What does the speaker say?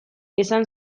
esan